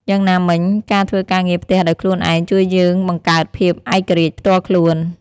យ៉ាងណាមិញ ការធ្វើការងារផ្ទះដោយខ្លួនឯងជួយយើងបង្កើតភាពឯករាជ្យផ្ទាល់ខ្លួន។